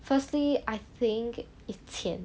firstly I think it's 钱